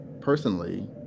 personally